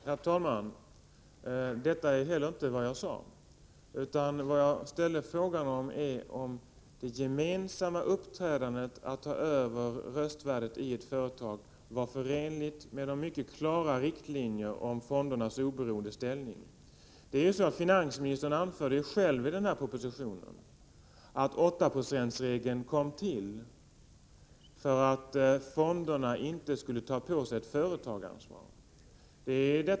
Herr talman! Det är heller inte vad jag sade. Jag ställde frågan, om det gemensamma uppträdandet för att ta över röstvärdet i ett företag var förenligt med de mycket klara riktlinjerna om fondernas oberoende ställning. Finansministern anförde ju själv i propositionen att 8-procentsregeln kom till för att fonderna inte skulle ta på sig något företagaransvar.